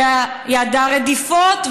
שידע רדיפות,